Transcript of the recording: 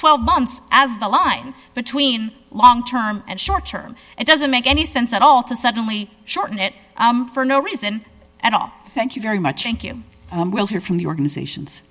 twelve months as the line between long term and short term it doesn't make any sense at all to suddenly shorten it for no reason at all thank you very much inc you will hear from the organizations